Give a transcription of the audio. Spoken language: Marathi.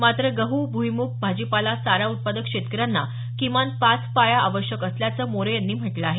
मात्र गहू भूईमूग भाजीपाला चारा उत्पादक शेतकऱ्यांना किमान पाच पाळ्या आवश्यक असल्याचं मोरे यांनी म्हटलं आहे